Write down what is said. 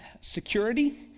security